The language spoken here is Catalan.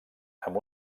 amb